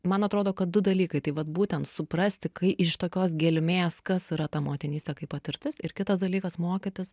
man atrodo kad du dalykai tai vat būtent suprasti kai iš tokios gelmės kas yra ta motinystė kaip patirtis ir kitas dalykas mokytis